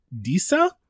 Disa